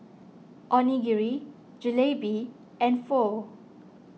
Onigiri Jalebi and Pho